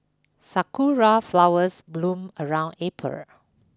sakura flowers bloom around April